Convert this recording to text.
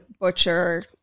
butcher